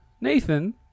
Nathan